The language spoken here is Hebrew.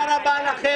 בשעה 16:10.